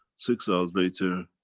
six hours later,